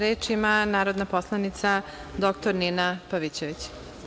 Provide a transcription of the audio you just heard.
Reč ima narodna poslanica dr Nina Pavićević.